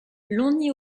longny